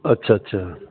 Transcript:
ਅੱਛਾ ਅੱਛਾ